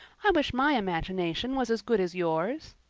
i wish my imagination was as good as yours.